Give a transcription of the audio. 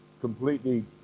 completely